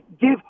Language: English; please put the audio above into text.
give